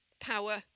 power